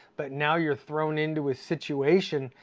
but now you're thrown into a situation,